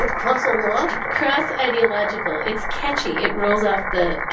ah cross ideological. cross ideological. it's catchy it rolls off the